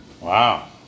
Wow